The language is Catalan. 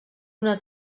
una